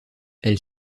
elle